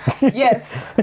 Yes